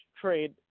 trade